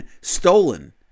Stolen